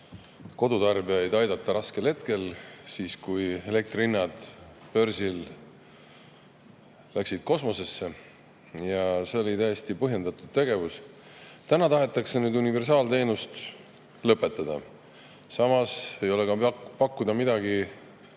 kodutarbijaid aidata raskel hetkel, kui elektri hinnad börsil läksid kosmosesse. Ja see oli täiesti põhjendatud tegevus. Täna tahetakse universaalteenust lõpetada. Samas ei ole pakutud mingit